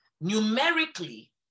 numerically